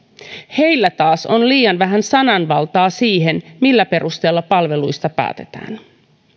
heillä taas on liian vähän sananvaltaa siihen millä perusteella palveluista päätetään